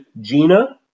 GINA